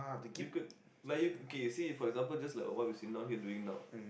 you could like you okay you see for example just like what we're sitting down here doing now